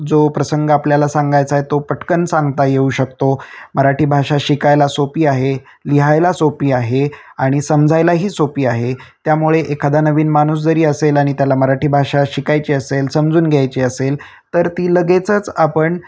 जो प्रसंग आपल्याला सांगायचा आहे तो पटकन सांगता येऊ शकतो मराठी भाषा शिकायला सोपी आहे लिहायला सोपी आहे आणि समजायलाही सोपी आहे त्यामुळे एखादा नवीन माणूस जरी असेल आणि त्याला मराठी भाषा शिकायची असेल समजून घ्यायची असेल तर ती लगेचंच आपण